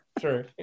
True